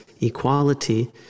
equality